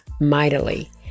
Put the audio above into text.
mightily